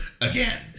again